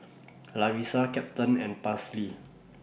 Larissa Captain and Paisley